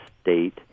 State